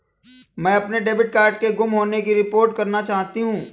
मैं अपने debit card के गुम होने की रिपोर्ट करना चाहती हूँ